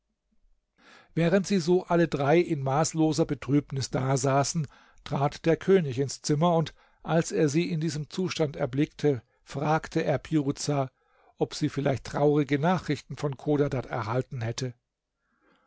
während sie so alle drei in maßloser betrübnis da saßen trat der könig ins zimmer und als er sie in diesem zustand erblickte fragte er piruza ob sie vielleicht traurige nachrichten von chodadad erhalten hätte